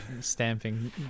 stamping